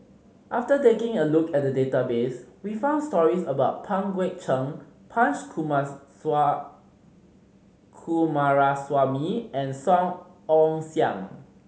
after taking a look at the database we found stories about Pang Guek Cheng Punch Coomaraswamy and Song Ong Siang